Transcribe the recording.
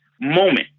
moment